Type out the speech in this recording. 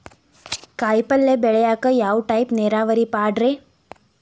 ಕಾಯಿಪಲ್ಯ ಬೆಳಿಯಾಕ ಯಾವ ಟೈಪ್ ನೇರಾವರಿ ಪಾಡ್ರೇ?